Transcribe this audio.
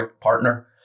partner